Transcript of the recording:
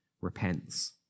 repents